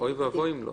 אוי ואבוי אם לא.